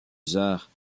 genre